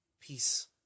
peace